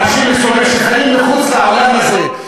אנשים מסוממים שחיים מחוץ לעולם הזה,